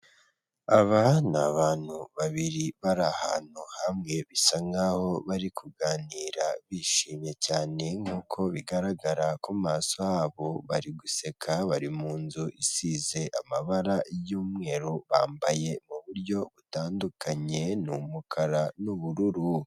Aba ni abantu babiri bari ahantu hamwe bisa nkaho bari kuganira bishimye cyane nkuko bigaragara ku maso habo, bari guseka bari munzu isize amabara y'umweru, bambaye mu buryo butandukanye ni umukara n'ubururu.